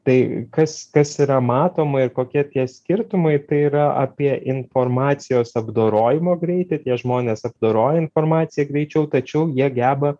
tai kas kas yra matoma ir kokie tie skirtumai tai yra apie informacijos apdorojimo greitį tie žmonės apdoroja informaciją greičiau tačiau jie geba